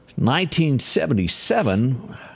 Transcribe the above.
1977